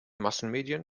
massenmedien